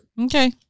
Okay